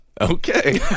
Okay